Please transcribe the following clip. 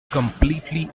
completely